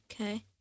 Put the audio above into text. Okay